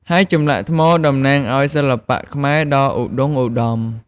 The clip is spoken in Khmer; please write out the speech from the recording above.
ហើយចម្លាក់ថ្មតំណាងឱ្យសិល្បៈខ្មែរដ៏ឧត្តុង្គឧត្តម។